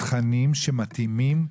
תכנים שמתאימים,